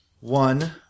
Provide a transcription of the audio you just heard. One